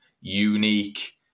unique